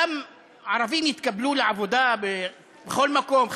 גם ערבים יתקבלו לעבודה בכל מקום,